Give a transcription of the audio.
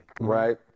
right